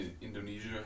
Indonesia